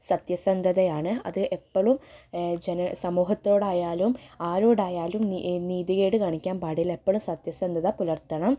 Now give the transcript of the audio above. സത്യസന്ധതയാണ് അത് എപ്പോളും ചില സമൂഹത്തോടായാലും ആരോടായാലും നീ നീതികേട് കാണിക്കാൻ പാടില്ല എപ്പോളും സത്യസന്ധത പുലർത്തണം